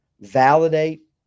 validate